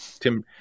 Tim